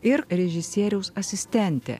ir režisieriaus asistentė